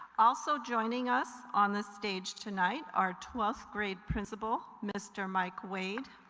also joining us on the stage tonight our twelfth grade principal mr. mike wade,